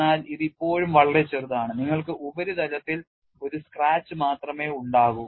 എന്നാൽ ഇത് ഇപ്പോഴും വളരെ ചെറുതാണ് നിങ്ങൾക്ക് ഉപരിതലത്തിൽ ഒരു സ്ക്രാച്ച് മാത്രമേ ഉണ്ടാകൂ